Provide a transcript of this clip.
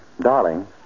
Darling